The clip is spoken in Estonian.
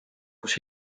kus